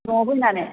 न'आव फैनानै